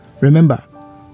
Remember